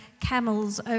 camels